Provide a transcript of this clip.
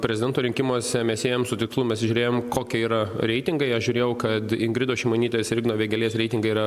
prezidento rinkimuose mes ėjom su tikslu mes įsižiūrėjom kokie yra reitingai aš žiūrėjau kad ingridos šimonytės ir igno vėgėlės reitingai yra